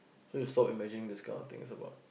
so you stop imagining this kind of things about